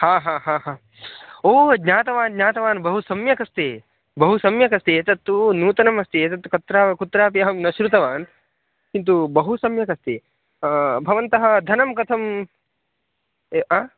हा हा हा हा ओ ज्ञातवान् ज्ञातवान् बहु सम्यकस्ति बहु सम्यकस्ति एतत्तु नूतनमस्ति एतत् कुत्र कुत्रापि अहं न श्रुतवान् किन्तु बहु सम्यकस्ति भवन्तः धनं कथम् आ